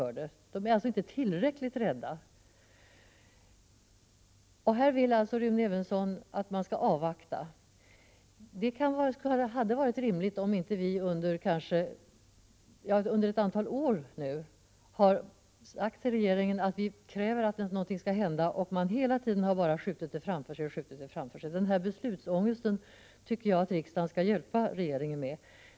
Människorna är alltså inte tillräckligt rädda. Rune Evensson vill att vi skall avvakta. Det hade varit rimligt om vi inte under ett antal år hade sagt till regeringen att vi kräver att något skall hända men regeringen hela tiden skjutit frågan framför sig. Denna beslutsångest tycker jag att riksdagen skall hjälpa regeringen att komma över.